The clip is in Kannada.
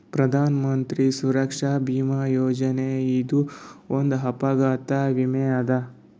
ಪ್ರಧಾನ್ ಮಂತ್ರಿ ಸುರಕ್ಷಾ ಭೀಮಾ ಯೋಜನೆ ಇದು ಒಂದ್ ಅಪಘಾತ ವಿಮೆ ಅದ